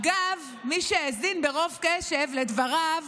אגב, מי שהאזין ברוב קשב לדבריו